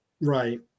Right